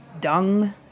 dung